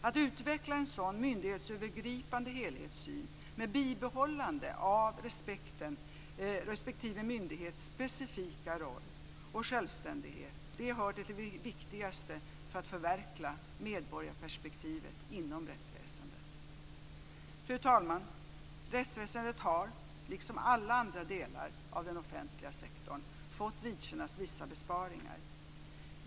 Att utveckla en sådan myndighetsövergripande helhetssyn med bibehållande av respektive myndighets specifika roll och självständighet hör till det viktigaste för att förverkliga medborgarperspektivet inom rättsväsendet. Fru talman! Rättsväsendet har, liksom alla andra delar av den offentliga sektorn, fått vidkännas vissa besparingar.